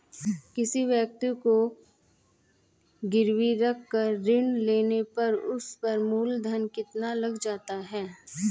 किसी वस्तु को गिरवी रख कर ऋण लेने पर उस पर मूलधन कितना लग जाता है?